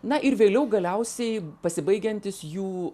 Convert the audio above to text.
na ir vėliau galiausiai pasibaigiantys jų